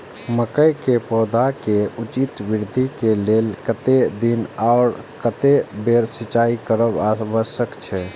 मके के पौधा के उचित वृद्धि के लेल कतेक दिन आर कतेक बेर सिंचाई करब आवश्यक छे?